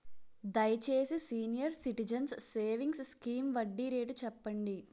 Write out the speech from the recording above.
దయచేసి senior citizens savings scheme వడ్డీ rate చెప్పండి